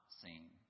seen